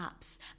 apps